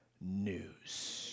news